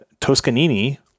Toscanini